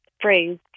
phrase